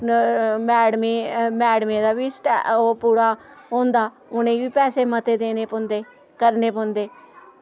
मैडमे मैडमें दा बी स्टै ओह् पूरा होंदा उ'नें गी बी पैसे मते देने पौंदे करने पौंदे